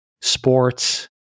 sports